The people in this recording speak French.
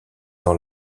dans